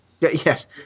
Yes